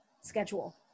schedule